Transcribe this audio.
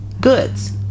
goods